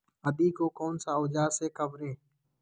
आदि को कौन सा औजार से काबरे?